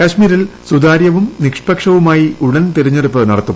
കാശ്മീരിൽ സുതാര്യവും നിഷ്പക്ഷവുമായി ഉടൻ തെരഞ്ഞെടുപ്പ് നടത്തും